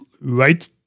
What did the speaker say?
right –